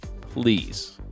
Please